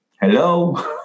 Hello